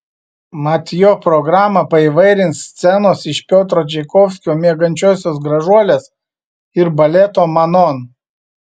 mat jo programą paįvairins scenos iš piotro čaikovskio miegančiosios gražuolės ir baleto manon